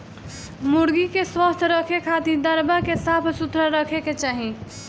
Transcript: मुर्गी के स्वस्थ रखे खातिर दरबा के साफ सुथरा रखे के चाही